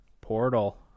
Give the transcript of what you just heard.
Portal